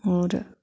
होर